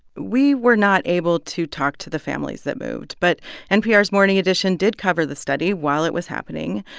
we were not able to talk to the families that moved, but npr's morning edition did cover the study while it was happening.